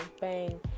bang